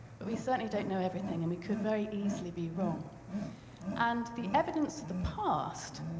but we certainly don't know everything, and we could very easily be wrong and the evidence of the past,